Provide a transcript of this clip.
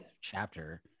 chapter